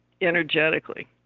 energetically